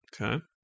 Okay